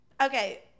Okay